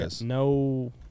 no